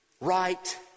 right